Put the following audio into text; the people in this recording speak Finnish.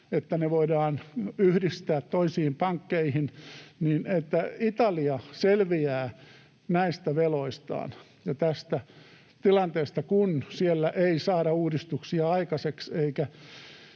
että ne voidaan yhdistää toisiin pankkeihin, että Italia selviää näistä veloistaan ja tästä tilanteesta, kun siellä ei saada uudistuksia aikaiseksi